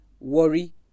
worry